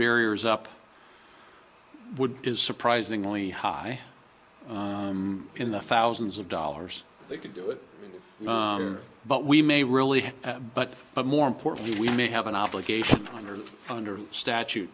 barriers up would is surprisingly high in the thousands of dollars they could do it but we may really but but more importantly we may have an obligation under under statute